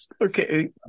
Okay